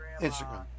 Instagram